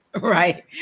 Right